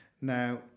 Now